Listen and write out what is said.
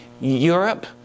Europe